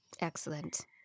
Excellent